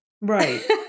Right